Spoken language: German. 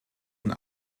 und